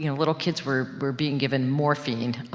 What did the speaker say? you know little kids were, were being given morphine, um,